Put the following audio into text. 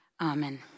Amen